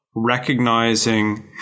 Recognizing